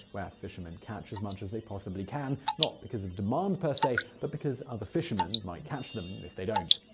where fishermen catch as much as they possibly can not because of demand, per se, but because other fishermen might catch them if they don't.